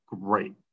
great